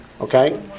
Okay